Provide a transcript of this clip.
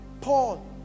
Paul